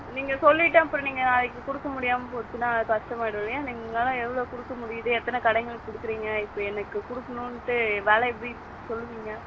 நீங்கள் சொல்லிவிட்டு அப்புறம் நீங்கள் நாளைக்கு கொடுக்க முடியாமல் போச்சுனா அது கஷ்டமாயிடும் இல்லையா நீங்கள் உங்களால் எவ்வளோ கொடுக்க முடியுது எத்தனை கடைங்களுக்கு கொடுக்குறீங்க இப்போ எனக்கு கொடுக்கணுன்ட்டு வில எப்படி சொல்லுவீங்க